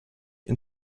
and